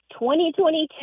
2022